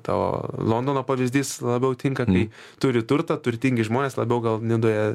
to londono pavyzdys labiau tinka kai turi turtą turtingi žmonės labiau gal nidoje